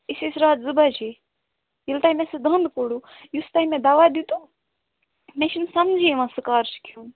أسۍ ٲسۍ رَاتھ زٕ بَجے ییٚلہِ تۄہہِ مےٚ سُہ دنٛد کوٚڑوٕ یُس تۄہہِ مےٚ دَوا دیُتوٗ مےٚ چھِنہٕ سَمجھٕے یِوان سُہ کَر چھُ کھیوٚن